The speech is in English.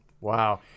Wow